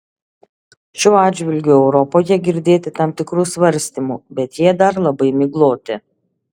šiuo atžvilgiu europoje girdėti tam tikrų svarstymų bet jie dar labai migloti